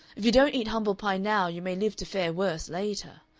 if you don't eat humble-pie now you may live to fare worse later.